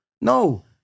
No